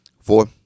Four